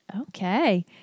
Okay